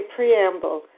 Preamble